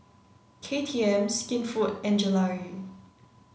K T M Skinfood and Gelare